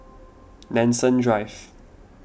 Nanson Drive